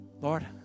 Lord